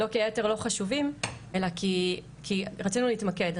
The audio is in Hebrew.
לא כי היתר לא חשובים אלא כי רצינו להתמקד,